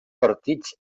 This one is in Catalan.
partits